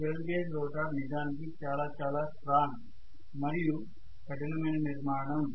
squirrel cage rotor నిజానికి చాలా చాలా స్ట్రాంగ్ మరియు కఠినమైన నిర్మాణం